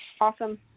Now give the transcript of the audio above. Awesome